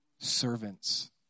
servants